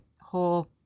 whole